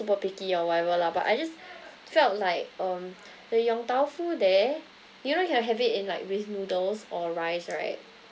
picky or whatever lah but I just felt like um the yong tau foo there you know I can have it in like with noodles or rice right